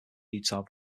utah